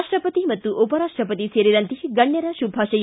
ರಾಷ್ಟಪತಿ ಮತ್ತು ಉಪರಾಷ್ಟಪತಿ ಸೇರಿದಂತೆ ಗಣ್ಯರ ಶುಭಾಶಯ